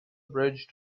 bridge